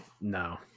No